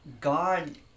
God